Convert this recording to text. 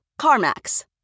CarMax